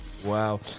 Wow